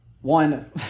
one